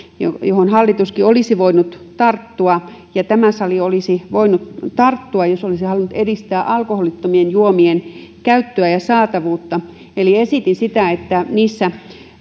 johon hallituskin olisi voinut tarttua ja tämä sali olisi voinut tarttua jos olisi halunnut edistää alkoholittomien juomien käyttöä ja saatavuutta siitä että niissä